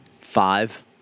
Five